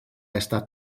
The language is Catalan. estat